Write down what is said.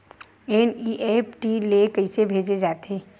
NEFT ले कइसे भेजे जाथे?